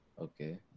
Okay